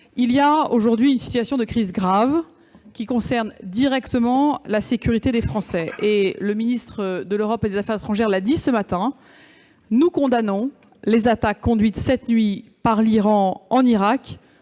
Il y a aujourd'hui une situation de crise grave qui concerne directement la sécurité des Français. Le ministre de l'Europe et des affaires étrangères l'a dit ce matin : nous condamnons les attaques conduites cette nuit par l'Iran en Irak